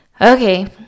Okay